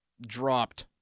dropped